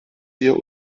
wir